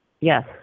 yes